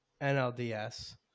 NLDS